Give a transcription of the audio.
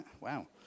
Wow